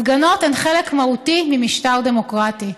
הפגנות הן חלק מהותי ממשטר דמוקרטי,